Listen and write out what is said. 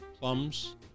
plums